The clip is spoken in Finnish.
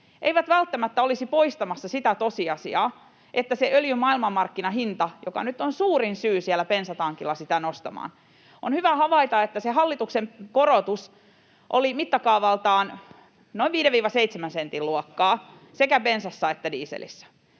eivät välttämättä olisi poistamassa sitä tosiasiaa, että se öljyn maailmanmarkkinahinta nyt on suurin syy siellä bensatankilla sitä hintaa nostamaan. On hyvä havaita, että se hallituksen korotus oli mittakaavaltaan noin 5—7 sentin luokkaa [Oikealta: Historian